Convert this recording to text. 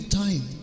time